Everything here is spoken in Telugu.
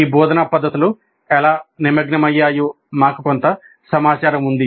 ఈ బోధనా పద్ధతులు ఎలా నిమగ్నమయ్యాయో మాకు కొంత సమాచారం ఉంది